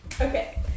Okay